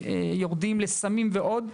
ויורדים לסמים ועוד,